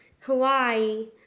Hawaii